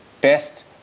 best